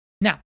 now